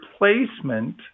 replacement